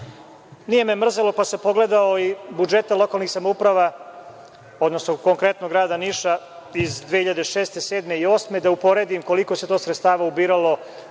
me mrzelo, pa sam pogledao i budžete lokalnih samouprava, odnosno konkretno grada Niša iz 2006, 2007. i 2008. godine da uporedim koliko se to sredstava ubiralo